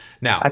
Now